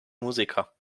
musiker